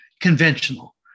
conventional